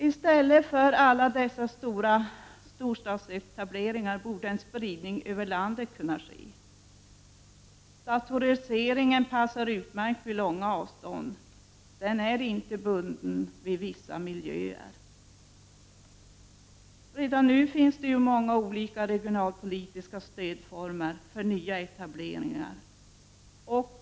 I stället för storstadsetableringar borde man kunna göra en spridning över hela landet. Datoriseringen passar utmärkt vid långa avstånd, eftersom den inte är bunden vid vissa miljöer. Redan nu finns det många olika regionalpolitiska stödformer för nya etableringar.